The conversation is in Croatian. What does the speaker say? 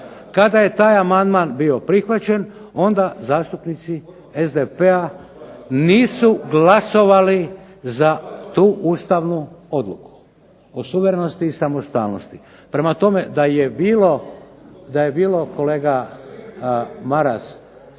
Kada je taj amandman bio prihvaćen onda zastupnici SDP-a nisu glasovali za tu Ustavnu odluku, o suverenosti i samostalnosti. Prema tome, da je bilo kolega Maras